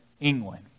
England